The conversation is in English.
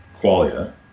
qualia